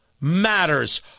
matters